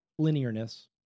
linearness